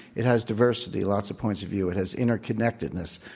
it has diversity, lots of points of view. it has interconnectedness